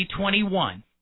2021